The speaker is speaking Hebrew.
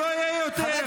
לא יהיה יותר.